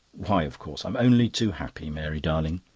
why, of course i'm only too happy, mary darling.